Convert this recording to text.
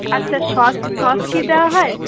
আচ্ছা sauce sauce কি দেওয়া হয়